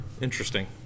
Interesting